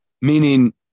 Meaning